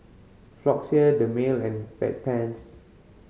Floxia Dermale and Bedpans